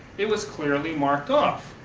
it was clearly marked off.